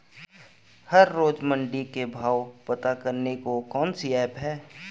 हर रोज़ मंडी के भाव पता करने को कौन सी ऐप है?